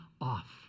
off